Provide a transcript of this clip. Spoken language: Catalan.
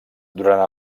durant